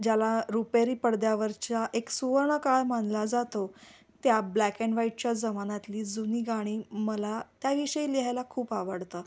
ज्याला रुपेरी पडद्यावरच्या एक सुवर्णकाळ मानला जातो त्या ब्लॅक अँड व्हाईटच्या जमान्यातली जुनी गाणी मला त्याविषयी लिहायला खूप आवडतं